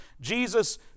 Jesus